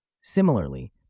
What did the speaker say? Similarly